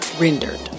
rendered